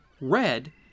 red